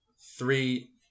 three